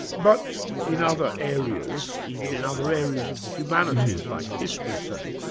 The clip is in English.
but in other areas, even in other areas of the humanities, like history say,